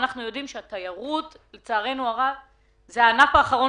ואנחנו יודעים שהתיירות היא הענף האחרון